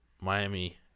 Miami